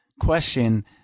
question